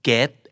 Get